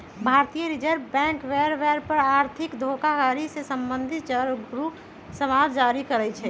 भारतीय reserve bank बेर बेर पर आर्थिक धोखाधड़ी से सम्बंधित जागरू समाद जारी करइ छै